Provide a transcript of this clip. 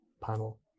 panel